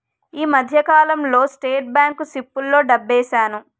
ఈ మధ్యకాలంలో State Bank సిప్పుల్లో డబ్బేశాను